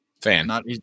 Fan